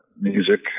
music